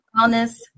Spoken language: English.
Wellness